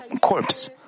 corpse